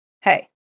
hey